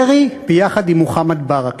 דרעי ביחד עם מוחמד ברכה,